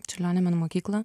čiurlionio menų mokyklą